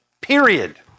Period